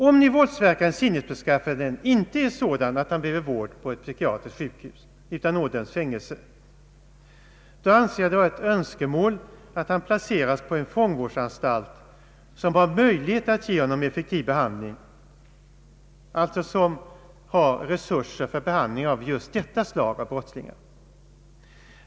Om våldsverkarens sinnesbeskaffenhet nu inte är sådan att han behöver vård på ett psykiatriskt sjukhus, utan han ådöms fängelsestraff, anser jag det vara ett önskemål att han placeras på en fångvårdsanstalt som har möjlighet att ge honom effektiv behandling, en anstalt som alltså har resurser för behandling av just detta slag av brottslingar.